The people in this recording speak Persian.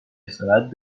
استراحت